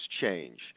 change